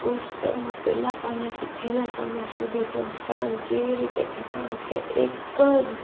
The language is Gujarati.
પુસ્તકમાં પહેલા પાનેથી છેલ્લા પાના સુધી તેઓ સળંગ કેવી રીતે જતા હોય છે એક જ